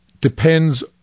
depends